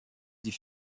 die